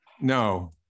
No